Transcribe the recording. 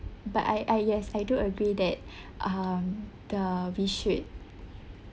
but I I yes I do agree that um the we should